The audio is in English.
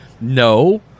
No